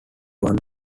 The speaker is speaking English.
one